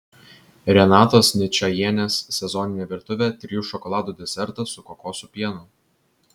renatos ničajienės sezoninė virtuvė trijų šokoladų desertas su kokosų pienu